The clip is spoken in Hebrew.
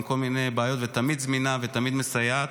עם כל מיני בעיות ותמיד זמינה ותמיד מסייעת.